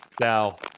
Now